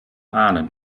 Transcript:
ahnen